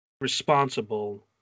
responsible